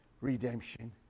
redemption